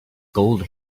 gold